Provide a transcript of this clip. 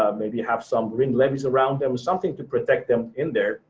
maybe have some i mean levies around them, something to protect them in there.